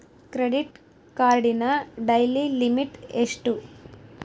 Credit ಕಾರ್ಡಿನ daily limit ಎಷ್ಟು?